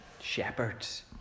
shepherds